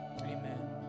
amen